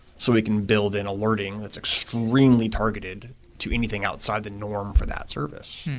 so it can build in alerting that's extremely targeted to anything outside the norm for that service.